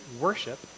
worship